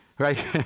Right